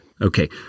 Okay